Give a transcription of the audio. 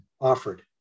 offered